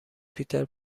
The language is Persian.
پیتر